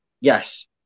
Yes